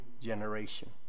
generation